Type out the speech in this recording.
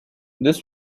this